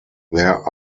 there